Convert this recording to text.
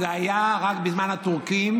גליקמן זה היה רק בזמן הטורקים,